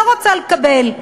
לא רוצה לקבל.